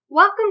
welcome